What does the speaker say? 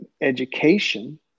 education